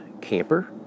camper